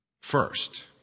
first